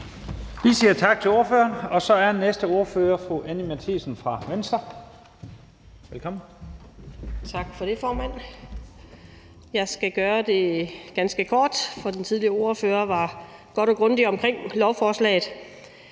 Vi siger tak til ordføreren, og så er næste ordfører fru Anni Matthiesen fra Venstre. Velkommen. Kl. 15:30 (Ordfører) Anni Matthiesen (V): Tak for det, formand. Jeg skal gøre det ganske kort, for den tidligere ordfører var godt og grundigt omkring lovforslaget.